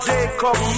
Jacob